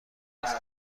است